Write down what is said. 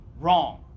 wrong